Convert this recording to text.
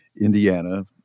Indiana